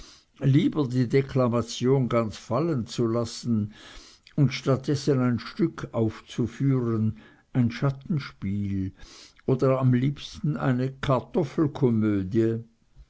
lieber die deklamation ganz fallenzulassen und statt dessen ein stück aufzuführen ein schattenspiel oder am liebsten eine